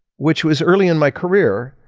which was early in my career.